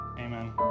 amen